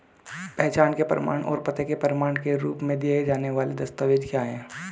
पहचान के प्रमाण और पते के प्रमाण के रूप में दिए जाने वाले दस्तावेज क्या हैं?